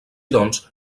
doncs